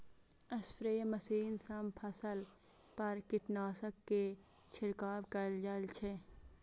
spray machine सं फसल पर कीटनाशक के छिड़काव कैल जाइ छै